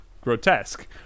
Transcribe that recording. grotesque